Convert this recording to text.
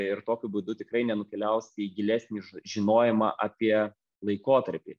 ir tokiu būdu tikrai nenukeliaus į gilesnį žinojimą apie laikotarpį